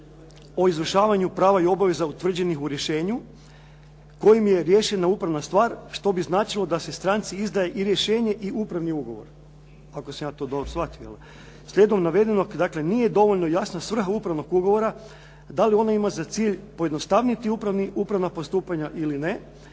o izvršavanju prava i obveza utvrđenih u rješenju kojim je riješena upravna stvar, što bi značilo da se stranci izdaje i rješenje i upravni ugovor, ako sam ja to dobro shvatio. Slijedom navedenog, dakle nije dovoljno jasna svrha upravnog ugovora. Da li ona ima za cilj pojednostavniti upravna postupanja ili ne